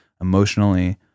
emotionally